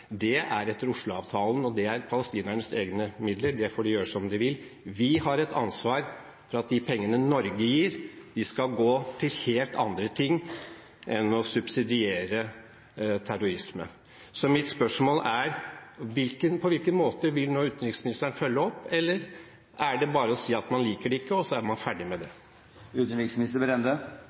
Det er etter Oslo-avtalen, og det er palestinernes egne midler. Det får de gjøre som de vil med. Vi har et ansvar for at de pengene Norge gir, skal gå til helt andre ting enn å subsidiere terrorisme. Så mitt spørsmål er: På hvilken måte vil nå utenriksministeren følge opp, eller er det bare å si at man liker det ikke, og så er man ferdig med det?